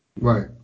Right